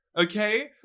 okay